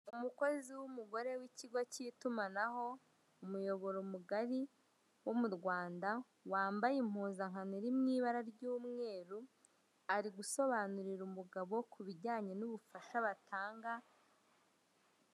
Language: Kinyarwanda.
Umukozi w'umugore w'ikigo cy'itumanaho , umuyoboro mugari wo mu Rwanda wambaye impuzankano iri mu ibara ry'umweru ari gusobanurira umugabo ku bijyanye n'ubufasha batanga .